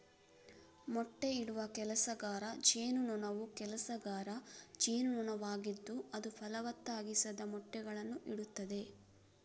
ಮೊಟ್ಟೆಯಿಡುವ ಕೆಲಸಗಾರ ಜೇನುನೊಣವು ಕೆಲಸಗಾರ ಜೇನುನೊಣವಾಗಿದ್ದು ಅದು ಫಲವತ್ತಾಗಿಸದ ಮೊಟ್ಟೆಗಳನ್ನು ಇಡುತ್ತದೆ